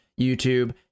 YouTube